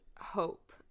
hope